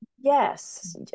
yes